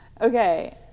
Okay